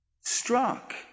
struck